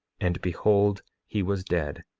and behold he was dead,